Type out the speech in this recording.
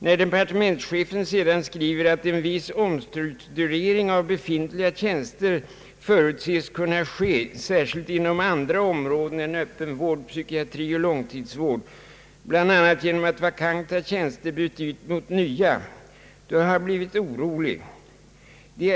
När departementschefen sedan skriver att en viss omstrukturering av befintliga tjänster förutses kunna ske särskilt inom andra områden 'än öppen vård, psykiatri och långtidsvård, bl.a. genom att vakanta tjänster byts ut mot nya, då blir jag orolig.